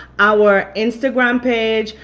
our instagram page,